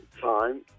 time